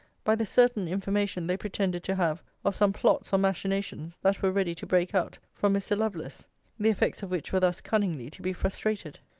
by the certain information they pretended to have, of some plots or machinations, that were ready to break out, from mr. lovelace the effects of which were thus cunningly to be frustrated.